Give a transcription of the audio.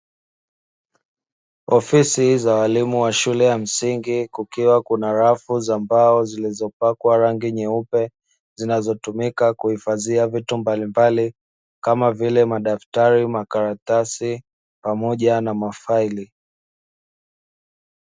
Ofisi za walimu wa shule ya msingi kukiwa kuna rafu za mbao zilizopakwa rangu nyeupe zinazotumika kuhifadhia vitu mbalimbali kama vile madaftari makaratasi pamoja na mafaili.